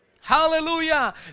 Hallelujah